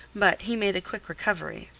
but he made a quick recovery.